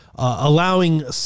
Allowing